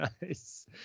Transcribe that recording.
nice